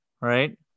right